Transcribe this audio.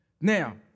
Now